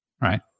right